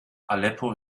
aleppo